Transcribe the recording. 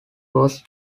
was